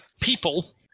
people